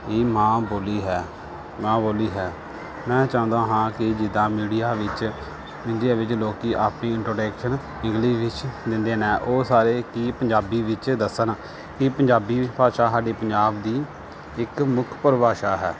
ਹੀ ਮਾਂ ਬੋਲੀ ਹੈ ਮਾਂ ਬੋਲੀ ਹੈ ਮੈਂ ਚਾਹੁੰਦਾ ਹਾਂ ਕਿ ਜਿੱਦਾਂ ਮੀਡੀਆ ਵਿੱਚ ਮੀਡੀਆ ਵਿੱਚ ਲੋਕ ਆਪਣੀ ਇੰਟਰੋਡਕਸ਼ਨ ਇੰਗਲਿਸ਼ ਵਿੱਚ ਦਿੰਦੇ ਨੇ ਉਹ ਸਾਰੇ ਕਿ ਪੰਜਾਬੀ ਵਿੱਚ ਦੱਸਣ ਕਿ ਪੰਜਾਬੀ ਭਾਸ਼ਾ ਸਾਡੀ ਪੰਜਾਬ ਦੀ ਇੱਕ ਮੁੱਖ ਪਰਿਭਾਸ਼ਾ ਹੈ